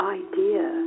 idea